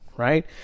Right